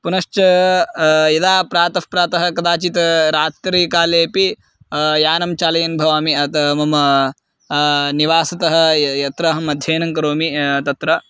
पुनश्च यदा प्रातः प्रातः कदाचित् रात्रीकालेपि यानं चालयन् भवामि अत् मम निवासतः यत्र अहम् अध्ययनं करोमि तत्र